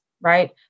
right